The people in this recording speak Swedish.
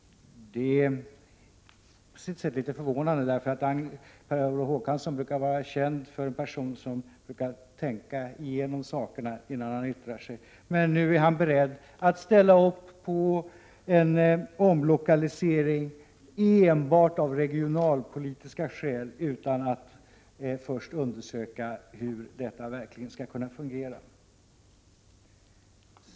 Det är på sitt sätt litet förvånande, därför att Per Olof Håkansson är känd som en person som brukar tänka igenom sakerna innan han yttrar sig. Men nu är han beredd att ställa upp på en omlokalisering enbart av regionalpolitiska skäl, utan att först undersöka hur detta verkligen skall kunna fungera.